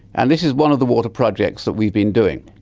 and this is one of the water projects that we've been doing.